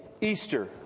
Easter